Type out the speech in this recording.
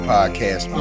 Podcast